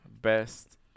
best